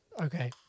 Okay